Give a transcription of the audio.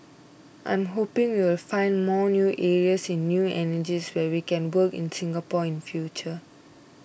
I'm hoping we will find more new areas in new energies where we can work in Singapore in the future